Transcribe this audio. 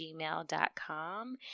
gmail.com